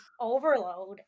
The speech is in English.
overload